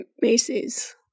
Macy's